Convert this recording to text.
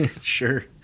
Sure